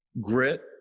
grit